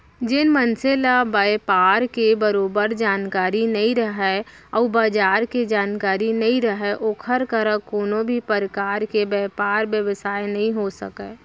जेन मनसे ल बयपार के बरोबर जानकारी नइ रहय अउ बजार के जानकारी नइ रहय ओकर करा कोनों भी परकार के बयपार बेवसाय नइ हो सकय